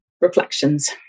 reflections